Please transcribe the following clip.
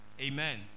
Amen